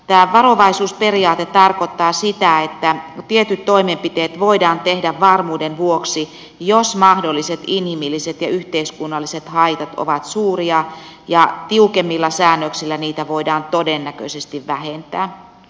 tämä varovaisuusperiaate tarkoittaa sitä että tietyt toimenpiteet voidaan tehdä varmuuden vuoksi jos mahdolliset inhimilliset ja yhteiskunnalliset haitat ovat suuria ja tiukemmilla säännöksillä niitä voidaan todennäköisesti vähentää